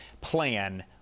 plan